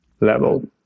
level